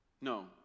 No